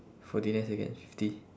forty nine second fifty